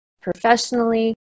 professionally